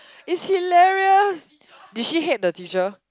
it's hilarious did she hate the teacher